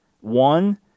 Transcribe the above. One